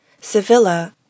Sevilla